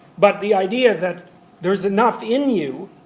but the idea that there is enough in you,